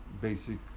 basic